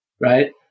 Right